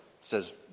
says